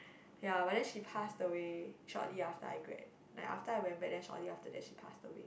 ya but then she passed away shortly after I grad like after I went back then shortly after that she passed away